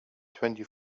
twenty